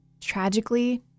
Tragically